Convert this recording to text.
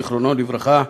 זיכרונו לברכה,